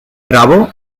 trabó